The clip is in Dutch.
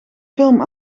film